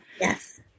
Yes